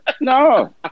no